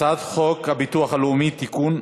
הצעת חוק הביטוח הלאומי (תיקון,